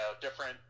different